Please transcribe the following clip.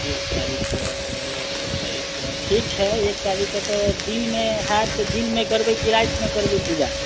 एकतारिखके एकतारिखके ठीक छै एकतारिखके दिनमे हैत त दिनमे करबे कि रातिमे करबै पूजा